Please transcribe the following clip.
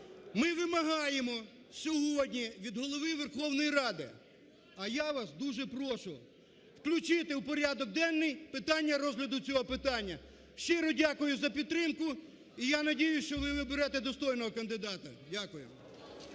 ми вимагаємо сьогодні від Голови Верховної Ради, а я вас дуже прошу включити в порядок денний питання розгляду цього питання. Щиро дякую за підтримку. І я сподіваюсь, що ви виберете достойного кандидата. Дякую.